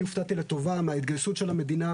הופתעתי לטובה מההתגייסות של המדינה,